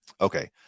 Okay